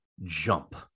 jump